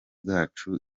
bwacu